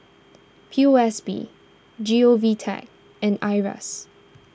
P O S B G O V Tech and Iras